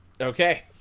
Okay